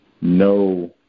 no